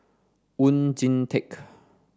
Oon Jin Teik